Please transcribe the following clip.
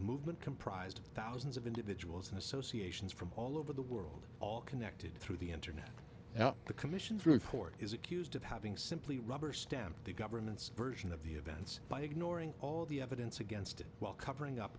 movement comprised of thousands of individuals and associations from all over the world all connected through the internet now the commission's report is accused of having simply rubber stamp the government's version of the events by ignoring all the evidence against it while covering up